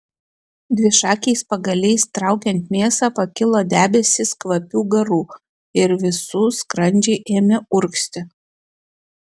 dvišakiais pagaliais traukiant mėsą pakilo debesys kvapių garų ir visų skrandžiai ėmė urgzti